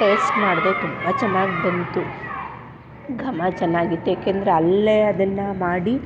taste ಮಾಡಿದೆ ತುಂಬ ಚೆನ್ನಾಗಿ ಬಂತು ಘಮ ಚೆನ್ನಾಗಿತ್ತು ಏಕೆಂದರೆ ಅಲ್ಲಿಯೇ ಅದನ್ನು ಮಾಡಿ